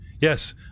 Yes